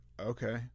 Okay